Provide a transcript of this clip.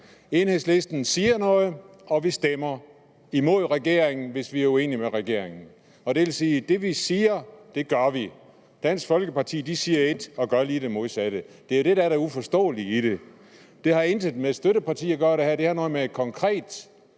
Enhedslisten siger noget, og vi stemmer imod regeringen, hvis vi er uenige med regeringen. Og det vil sige, at vi gør det, vi siger. Dansk Folkeparti siger et og gør lige det modsatte. Det er det, der er det uforståelige i det. Det her har intet med støtteparti at gøre. Det har noget med en konkret